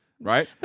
Right